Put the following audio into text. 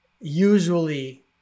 usually